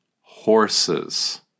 horses